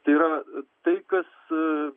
tai yra tai kas